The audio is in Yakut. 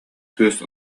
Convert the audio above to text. кыыс